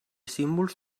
símbols